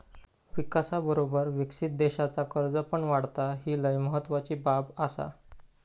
विकासाबरोबर विकसित देशाचा कर्ज पण वाढता, ही लय महत्वाची बाब आसा